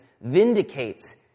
vindicates